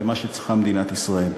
למה שצריכה מדינת ישראל.